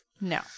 No